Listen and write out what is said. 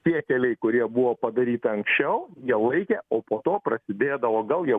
tie keliai kurie buvo padaryta anksčiau jie laikė o po to prasidėdavo gal jau